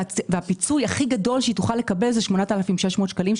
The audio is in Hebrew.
והפיצוי הכי גדול שהיא תוכל לקבל הוא 8,600 שקלים,